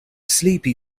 sleepy